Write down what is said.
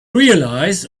realize